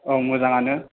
औ मोजाङानो